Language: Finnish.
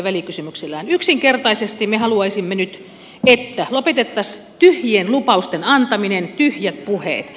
yksinkertaisesti me haluaisimme nyt että lopetettaisiin tyhjien lupausten antaminen tyhjät puheet